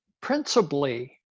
principally